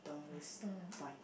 don't waste time